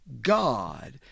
God